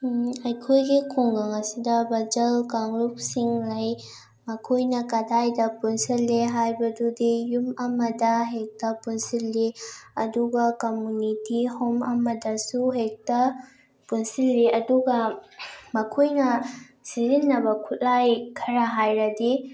ꯑꯩꯈꯣꯏꯒꯤ ꯈꯨꯡꯒꯪ ꯑꯁꯤꯗ ꯕꯖꯜ ꯀꯥꯡꯂꯨꯞꯁꯤꯡ ꯂꯩ ꯃꯈꯣꯏꯅ ꯀꯗꯥꯏꯗ ꯄꯨꯟꯁꯤꯜꯂꯤ ꯍꯥꯏꯕꯗꯨꯗꯤ ꯌꯨꯝ ꯑꯃꯗ ꯍꯦꯛꯇ ꯄꯨꯟꯁꯤꯜꯂꯤ ꯑꯗꯨꯒ ꯀꯃ꯭ꯌꯨꯅꯤꯇꯤ ꯍꯣꯝ ꯑꯃꯗꯁꯨ ꯍꯦꯛꯇ ꯄꯨꯟꯁꯤꯜꯂꯤ ꯑꯗꯨꯒ ꯃꯈꯣꯏꯅ ꯁꯤꯖꯤꯟꯅꯕ ꯈꯨꯠꯂꯥꯏ ꯈꯔ ꯍꯥꯏꯔꯗꯤ